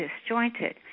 disjointed